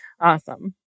awesome